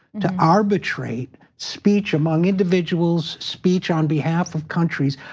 to arbitrate speech among individuals speech on behalf of countries.